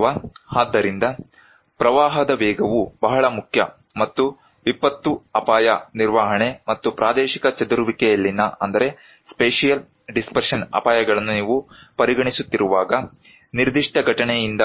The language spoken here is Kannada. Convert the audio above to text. ಅಥವಾ ಆದ್ದರಿಂದ ಪ್ರಾರಂಭದ ವೇಗವು ಬಹಳ ಮುಖ್ಯ ಮತ್ತು ವಿಪತ್ತು ಅಪಾಯ ನಿರ್ವಹಣೆ ಮತ್ತು ಪ್ರಾದೇಶಿಕ ಚದುರುವಿಕೆಯಲ್ಲಿನ ಅಪಾಯಗಳನ್ನು ನೀವು ಪರಿಗಣಿಸುತ್ತಿರುವಾಗ ನಿರ್ದಿಷ್ಟ ಘಟನೆಯಿಂದ